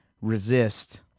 resist